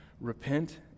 Repent